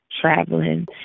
traveling